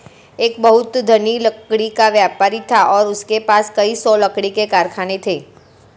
एक बहुत धनी लकड़ी का व्यापारी था और उसके पास कई सौ लकड़ी के कारखाने थे